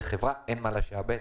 לחברה אין מה לשעבד.